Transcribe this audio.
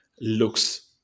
looks